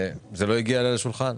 זה לא הגיע אליי לשולחן.